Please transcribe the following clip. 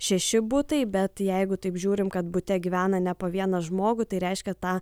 šeši butai bet jeigu taip žiūrim kad bute gyvena ne po vieną žmogų tai reiškia tą